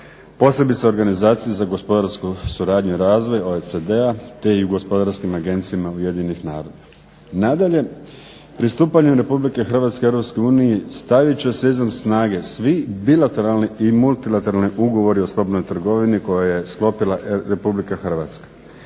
posebice organizaciji za gospodarsku suradnju i razvoj OECD-a te i u gospodarskim agencijama UN-a. Nadalje, pristupanjem RH EU stavit će se izvan snage svi bilateralni i multilateralni ugovori o slobodnoj trgovini koje je sklopila RH, a